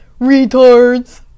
Retards